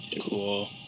Cool